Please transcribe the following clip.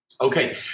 Okay